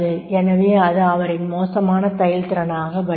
எனவே அது அவரின் மோசமான செயல்திறனாக வெளிவரும்